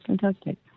Fantastic